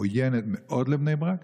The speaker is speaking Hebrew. עוינת מאוד לבני ברק,